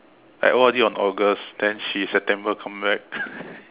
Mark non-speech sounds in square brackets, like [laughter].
I O_R_D on August then she September come back [laughs]